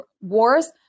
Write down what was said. wars